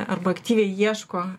arba aktyviai ieško